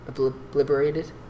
Obliterated